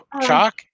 Chalk